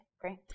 Great